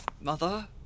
Mother